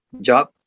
job